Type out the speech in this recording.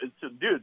Dude